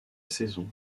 saison